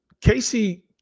Casey